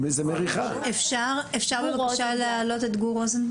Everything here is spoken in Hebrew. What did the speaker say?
אפשר בבקשה להעלות את גור רוזנבלט?